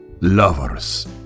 lovers